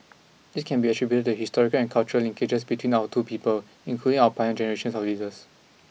this can be attributed to the historical and cultural linkages between our two peoples including our pioneer generation of leaders